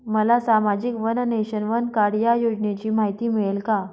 मला सामाजिक one nation, one card या योजनेची माहिती मिळेल का?